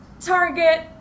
Target